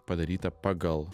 padaryta pagal